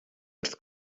wrth